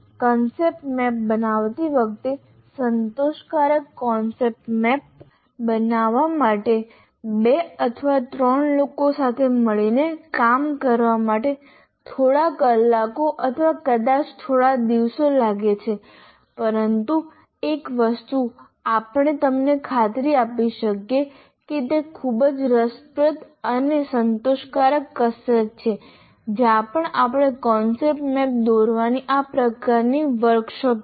concept map બનાવતી વખતે સંતોષકારક કોન્સેપ્ટ મેપ બનાવવા માટે 2 અથવા 3 લોકો સાથે મળીને કામ કરવા માટે થોડા કલાકો અથવા કદાચ થોડા દિવસો લાગે છે પરંતુ એક વસ્તુ આપણે તમને ખાતરી આપી શકીએ છીએ કે તે ખૂબ જ રસપ્રદ અને સંતોષકારક કસરત છે જ્યાં પણ આપણે કોન્સેપ્ટ મેપ દોરવાની આ પ્રકારની વર્કશોપ કરી